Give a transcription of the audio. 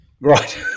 Right